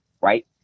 right